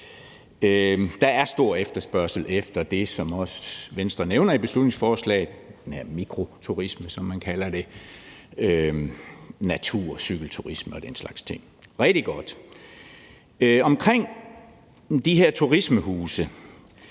Der er stor efterspørgsel efter det, som også Venstre nævner i beslutningsforslaget, nemlig den her mikroturisme, som man kalder det: naturcykelturisme og den slags ting. Det er rigtig godt. Om de her turismehuse